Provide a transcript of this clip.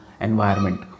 environment